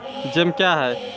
Jam क्या हैं?